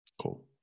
Cool